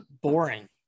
boring